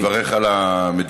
אני מברך על המדיניות,